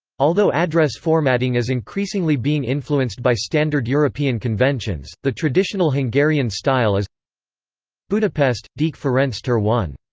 although address formatting is increasingly being influenced by standard european conventions, the traditional hungarian style is budapest, deak ferenc ter one.